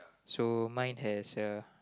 so mine has a